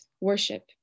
worship